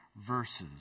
verses